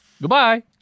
Goodbye